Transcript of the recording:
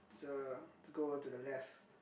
so let's go onto the left